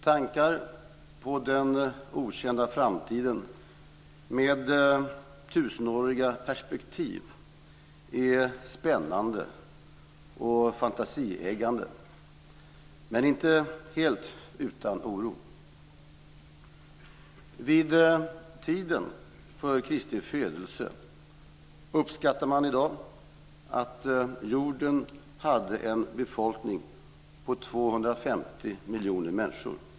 Tankar på den okända framtiden med tusenåriga perspektiv är spännande och fantasieggande, men inte helt utan oro. Vid tiden för Kristi födelse uppskattar man i dag att jorden hade en befolkning på 250 miljoner människor.